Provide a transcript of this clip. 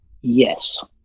Yes